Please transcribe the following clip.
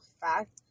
fact